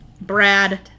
Brad